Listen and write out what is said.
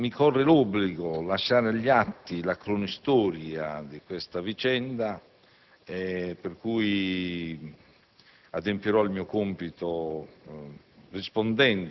mi corre l'obbligo lasciare agli atti la cronistoria di questa vicenda, per cui adempirò il mio compito